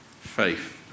Faith